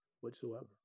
whatsoever